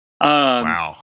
Wow